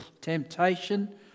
temptation